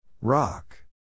Rock